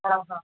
हा हा